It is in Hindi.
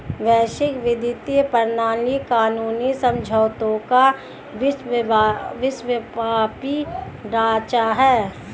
वैश्विक वित्तीय प्रणाली कानूनी समझौतों का विश्वव्यापी ढांचा है